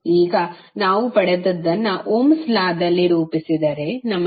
ಈಗ ನಾವು ಪಡೆದದ್ದನ್ನು ಓಮ್ಸ್ ಲಾ ದಲ್ಲಿ ರೂಪಿಸಿದರೆ ನಮಗೆ viR ಸಿಕ್ಕಿದೆ